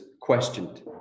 questioned